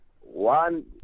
one